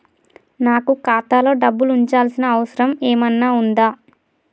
నాకు ఖాతాలో డబ్బులు ఉంచాల్సిన అవసరం ఏమన్నా ఉందా?